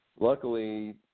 Luckily